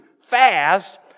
fast